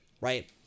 right